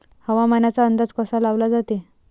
हवामानाचा अंदाज कसा लावला जाते?